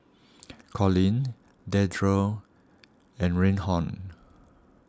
Colin Dedra and Rhiannon